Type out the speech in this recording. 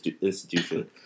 institution